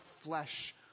flesh